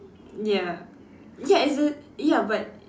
ya ya is it ya but